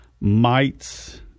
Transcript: mites